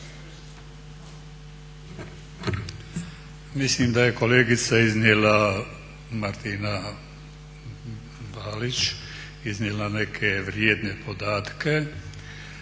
Mislim da je kolegica Martina Banić iznijela neke vrijedne podatke